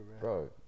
bro